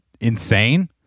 insane